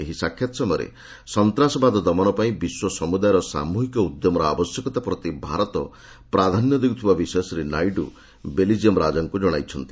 ଏହି ସାକ୍ଷାତ ସମୟରେ ସନ୍ତାସବାଦ ଦମନ ପାଇଁ ବିଶ୍ୱ ସମୁଦାୟର ସାମୂହିକ ଉଦ୍ୟମର ଆବଶ୍ୟକତା ପ୍ରତି ଭାରତ ପ୍ରାଧାନ୍ୟ ଦେଉଥିବା ବିଷୟ ଶ୍ରୀ ନାଇଡୁ ବେଲ୍ଜିୟମ୍ ରାଜାଙ୍କୁ ଜଣାଇଛନ୍ତି